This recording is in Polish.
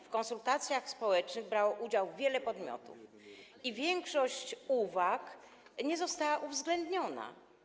W konsultacjach społecznych brało udział wiele podmiotów i większość uwag nie została uwzględniona.